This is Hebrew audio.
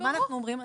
מה אנחנו אומרים?